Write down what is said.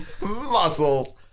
Muscles